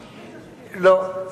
לא.